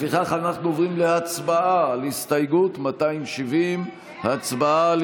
לפיכך אנחנו עוברים להצבעה על הסתייגות 270. הצבעה על